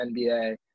NBA